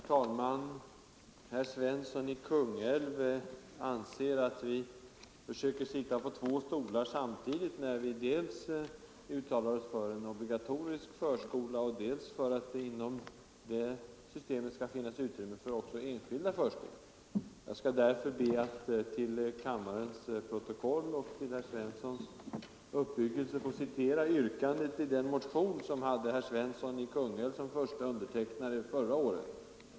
Herr talman! Herr Svensson i Kungälv anser att vi försöker sitta på två stolar samtidigt när vi uttalar oss för dels en obligatorisk förskola, dels att det inom systemet också skall finnas utrymme för enskilda förskolor. Jag skall därför be att till kammarens protokoll och till herr Svenssons uppbyggelse få citera yrkandet i den motion som hade herr Svensson i Kungälv som första undertecknare förra året.